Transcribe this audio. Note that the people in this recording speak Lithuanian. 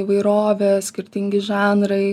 įvairovė skirtingi žanrai